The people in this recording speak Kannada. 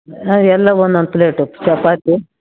ಹಾಂ ಎಲ್ಲ ಒಂದೊಂದ್ ಪ್ಲೇಟು ಚಪಾತಿ